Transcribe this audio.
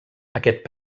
aquest